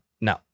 No